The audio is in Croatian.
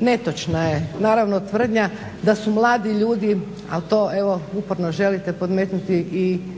netočna je naravno tvrdnja da su mladi ljudi, a to evo uporno želite podmetnuti i